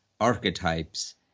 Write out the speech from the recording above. archetypes